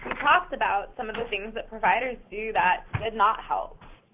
talked about some of the things that providers do that did not help,